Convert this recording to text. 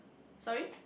sorry